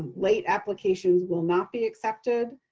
late applications will not be accepted.